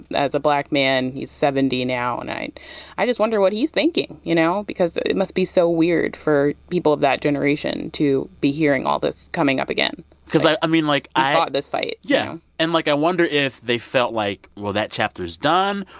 as a black man. he's seventy now. and i i just wonder what he's thinking, you know? because it must be so weird for people of that generation to be hearing all this coming up again because i i mean, like, i. he fought this fight yeah. and, like, i wonder if they felt like, well, that chapter's done,